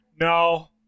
No